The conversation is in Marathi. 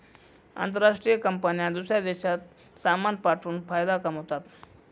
आंतरराष्ट्रीय कंपन्या दूसऱ्या देशात सामान पाठवून फायदा कमावतात